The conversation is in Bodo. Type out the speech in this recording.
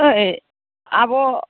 ओइ आब'